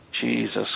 Jesus